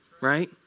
Right